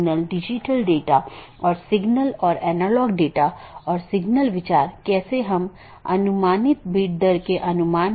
कैसे यह एक विशेष नेटवर्क से एक पैकेट भेजने में मदद करता है विशेष रूप से एक ऑटॉनमस सिस्टम से दूसरे ऑटॉनमस सिस्टम में